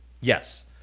Yes